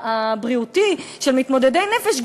במוסד הבריאותי של מתמודדי נפש,